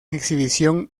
exhibición